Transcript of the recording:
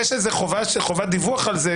יש חובת דיווח על זה.